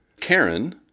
Karen